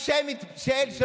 לא